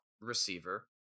receiver